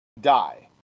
die